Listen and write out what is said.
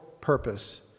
purpose